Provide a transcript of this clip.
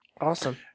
Awesome